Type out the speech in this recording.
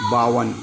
باون